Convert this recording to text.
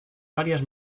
varias